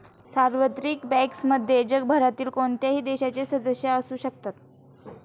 सार्वत्रिक बँक्समध्ये जगभरातील कोणत्याही देशाचे सदस्य असू शकतात